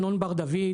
ארנון בר-דוד,